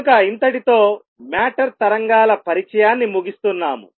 కనుక ఇంతటితో మ్యాటర్ తరంగాల పరిచయాన్ని ముగిస్తున్నాము